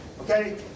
Okay